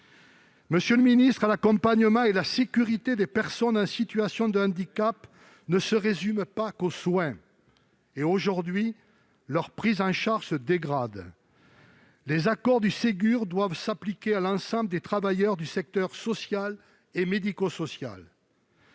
Monsieur le ministre, l'accompagnement et la sécurité des personnes en situation de handicap ne se résument pas aux soins. Or, aujourd'hui, leur prise en charge se dégrade. Le Ségur de la santé doit s'appliquer à l'ensemble des travailleurs du secteur social et médico-social.